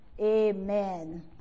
Amen